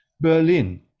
Berlin